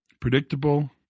Predictable